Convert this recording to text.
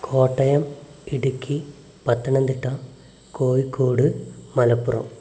Kottayam Idukki Pathanamthitta Kozhikode Malappuram